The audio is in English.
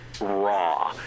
raw